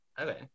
Okay